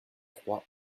trois